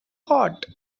hot